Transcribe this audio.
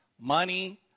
money